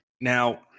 Now